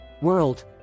world